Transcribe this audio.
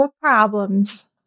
problems